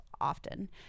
often